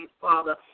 Father